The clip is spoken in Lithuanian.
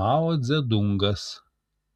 mao dzedungas